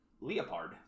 Leopard